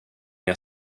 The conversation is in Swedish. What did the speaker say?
jag